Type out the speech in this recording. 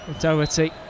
Doherty